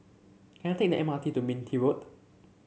can I take the M R T to Minto Road